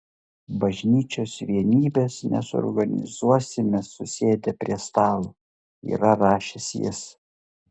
bažnyčios vienybės nesuorganizuosime susėdę prie stalo yra rašęs jis